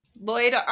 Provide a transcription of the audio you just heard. Lloyd